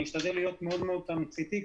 אני אשתדל להיות מאוד מאוד תמציתי.